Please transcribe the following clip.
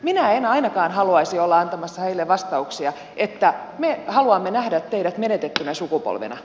minä en ainakaan haluaisi olla antamassa heille vastauksia että me haluamme nähdä teidät menetettynä sukupolvena